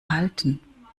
halten